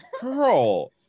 girl